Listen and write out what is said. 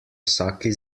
vsaki